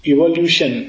Evolution